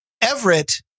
Everett